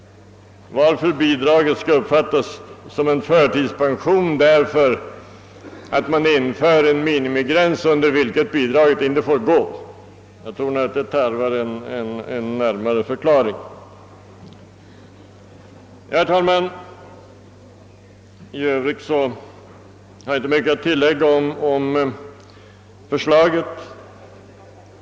Varför skall bidraget uppfattas som en förtidspension, därför att man inför en mini migräns som bidraget inte får understiga? Jag tror att det tarvar en närmare förklaring. Herr talman! I övrigt har jag inte mycket att tillägga om förslaget.